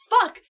Fuck